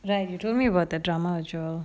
right you told me about the drummer issue